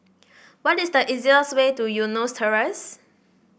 what is the easiest way to Eunos Terrace